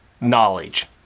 knowledge